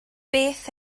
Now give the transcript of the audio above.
beth